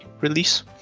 release